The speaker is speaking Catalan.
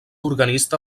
organista